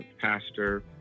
Pastor